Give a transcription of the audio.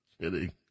kidding